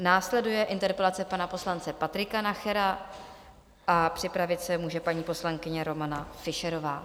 Následuje interpelace pana poslance Patrika Nachera a připravit se může paní poslankyně Romana Fischerová.